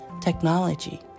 technology